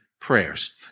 prayers